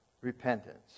repentance